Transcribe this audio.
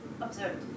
observed